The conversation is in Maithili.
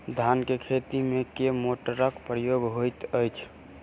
धान केँ खेती मे केँ मोटरक प्रयोग होइत अछि?